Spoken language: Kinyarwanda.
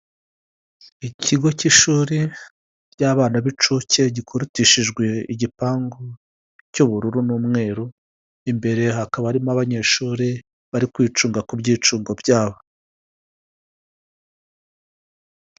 ikigo cy'ishuri ry'abana b'inshuke gikotishijwe igipangu cy'ubururu n'umweru, imbere hakaba harimo abanyeshuri bari kwicunga ku byicungo byabo.